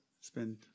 spend